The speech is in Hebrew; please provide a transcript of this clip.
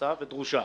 נחוצה ודרושה.